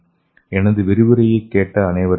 எனது விரிவுரையை கேட்ட அனைவருக்கும் நன்றி